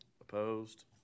Opposed